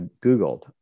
Googled